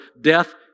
Death